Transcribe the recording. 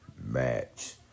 match